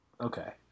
Okay